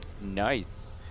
nice